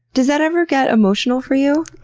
does it ever get emotional for you?